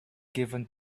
given